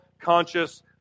conscious